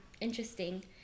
Interesting